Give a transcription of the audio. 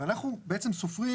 ואנחנו בעצם סופרים